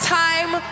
time